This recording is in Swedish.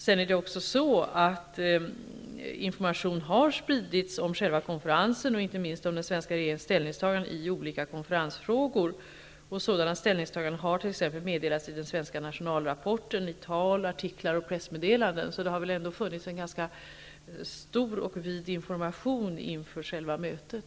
Sedan har också information spridits om själva konferensen, inte minst om den svenska regeringens ställningstagande i olika konferensfrågor. Sådana ställningstaganden har t.ex. meddelats i den svenska nationalrapporten, i tal, artiklar och pressmeddelanden, så det har ändå givits en ganska vid information inför själva mötet.